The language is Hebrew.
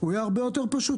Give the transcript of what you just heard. יהיה הרבה יותר פשוט.